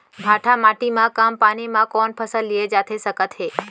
भांठा माटी मा कम पानी मा कौन फसल लिए जाथे सकत हे?